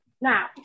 Now